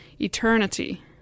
Eternity